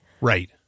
Right